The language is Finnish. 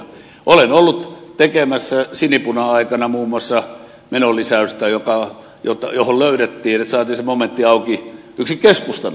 olen ollut tekemässä sinipuna aikana muun muassa menolisäystä johon löydettiin että saatiin se momentti auki yksi keskustan aloite